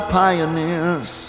pioneers